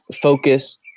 focus